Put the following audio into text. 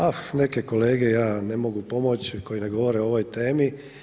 A neke kolege ja ne mogu pomoći koji ne govore o ovoj temi.